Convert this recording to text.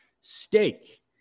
steak